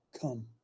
come